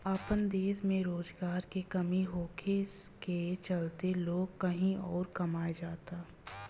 आपन देश में रोजगार के कमी होखे के चलते लोग कही अउर कमाए जाता